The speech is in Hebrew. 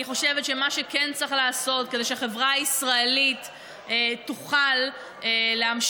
אני חושבת שמה שכן צריך לעשות כדי שהחברה הישראלית תוכל להמשיך